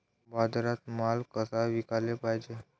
बाजारात माल कसा विकाले पायजे?